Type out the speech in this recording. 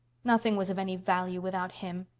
nothing was of any value without him.